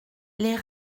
les